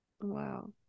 wow